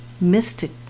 mystic